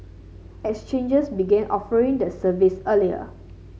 exchanges begin offering the service earlier